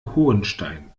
hohenstein